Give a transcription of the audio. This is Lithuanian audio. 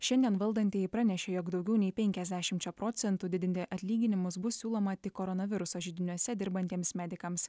šiandien valdantieji pranešė jog daugiau nei penkiasdešimčia procentų didinti atlyginimus bus siūloma tik koronaviruso židiniuose dirbantiems medikams